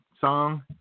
song